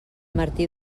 martí